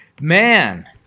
Man